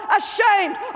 ashamed